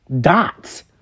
dots